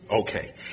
Okay